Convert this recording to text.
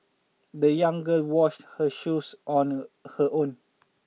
the young girl washed her shoes on her own